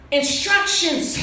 instructions